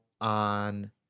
on